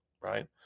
right